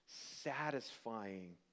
satisfying